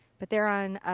but they're on,